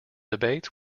debates